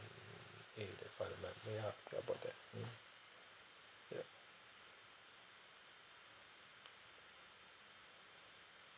mm hey they find the mathematics very hard how about that mm ya